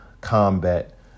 combat